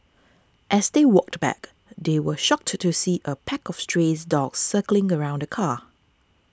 as they walked back they were shocked to see a pack of stray dogs circling around the car